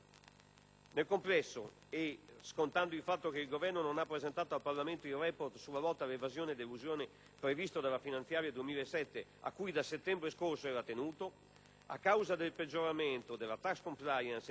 scontare il fatto che il Governo non ha presentato al Parlamento il *report* sulla lotta alla evasione ed elusione previsto dalla finanziaria 2007 a cui da settembre scorso era tenuto, a causa del peggioramento della *tax compliance* e dell'aumento dell'evasione fiscale,